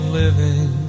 living